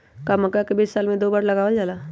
का मक्का के बीज साल में दो बार लगावल जला?